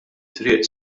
triq